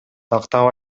тактап